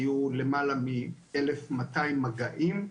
היו למעלה מ-1,200 מגעים.